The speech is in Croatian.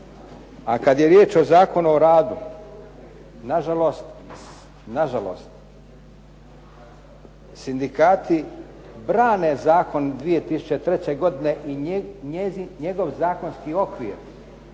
A kad je riječ o Zakonu o radu, na žalost sindikati brane zakon 2003. godine i njegov zakonski okvir,